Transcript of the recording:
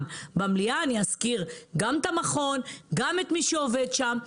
המליאה אני אזכיר גם את המכון וגם את מי שעובד שם.